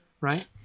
right